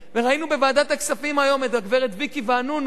וראינו בוועדת הכספים היום את הגברת ויקי וענונו,